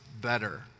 better